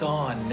on